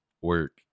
work